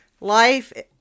Life